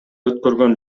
өткөргөн